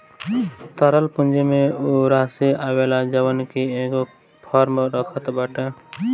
तरल पूंजी में उ राशी आवेला जवन की एगो फर्म रखत बाटे